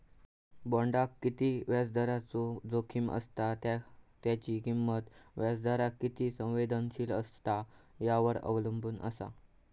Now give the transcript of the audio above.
बॉण्डाक किती व्याजदराचो जोखीम असता त्या त्याची किंमत व्याजदराक किती संवेदनशील असता यावर अवलंबून असा